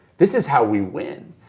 this is how we win.